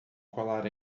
colar